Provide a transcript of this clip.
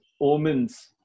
Omens